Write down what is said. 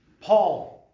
Paul